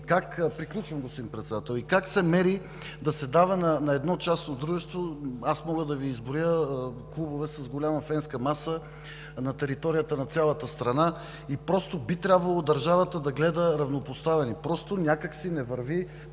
как се мери да се дава на едно частно дружество? Аз мога да Ви изброя клубове с голяма фенска маса на територията на цялата страна и просто би трябвало държавата да гледа равнопоставено. Просто някак си не върви